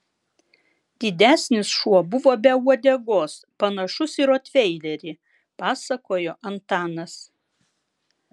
didesnis šuo buvo be uodegos panašus į rotveilerį pasakojo antanas